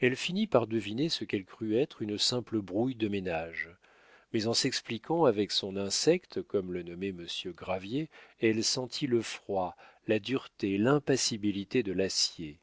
elle finit par deviner ce qu'elle crut être une simple brouille de ménage mais en s'expliquant avec son insecte comme le nommait monsieur gravier elle sentit le froid la dureté l'impassibilité de l'acier